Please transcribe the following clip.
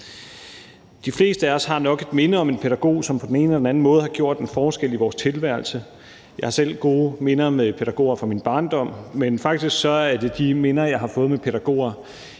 De fleste af os har nok et minde om en pædagog, som på den ene eller den anden måde har gjort en forskel i vores tilværelse. Jeg har selv gode minder med pædagoger fra min barndom, men faktisk er det de minder, jeg har fået med pædagoger,